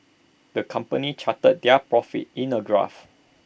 the company charted their profits in A graph